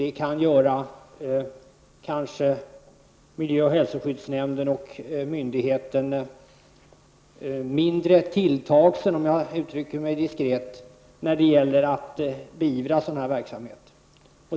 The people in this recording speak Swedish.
Det kan göra miljö och hälsoskyddsnämnderna mindre tilltagsna när det gäller att beivra sådan verksamhet.